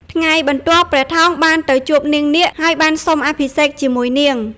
ថ្ងៃបន្ទាប់ ព្រះថោងបានទៅជួបនាងនាគ ហើយបានសុំអភិសេកជាមួយនាង។